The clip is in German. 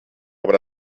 aber